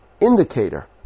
indicator